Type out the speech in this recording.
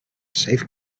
safe